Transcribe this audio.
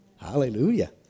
Hallelujah